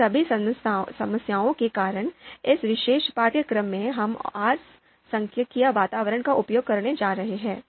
इन सभी समस्याओं के कारण इस विशेष पाठ्यक्रम में हम आर सांख्यिकीय वातावरण का उपयोग करने जा रहे हैं